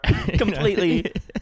completely